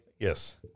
yes